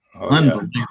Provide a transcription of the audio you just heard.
Unbelievable